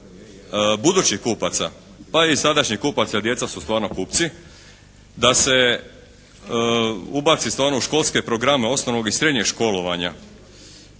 budućih kupaca, pa i sadašnjih kupaca jer djeca su stvarno kupci da se ubaci sve ono u školske programe osnovnog i srednjeg školovanja,